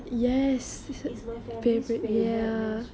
it's my family's favourite restaurant